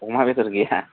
अमा बेदर गैया